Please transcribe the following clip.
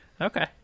Okay